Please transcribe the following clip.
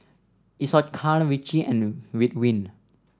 Isocal Vichy and Ridwind